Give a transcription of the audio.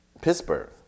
Pittsburgh